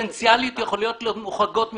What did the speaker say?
פוטנציאליות, יכולות להיות מוחרגות מזה?